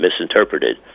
misinterpreted